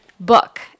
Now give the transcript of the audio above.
Book